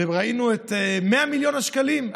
וראינו את 100 מיליון השקלים,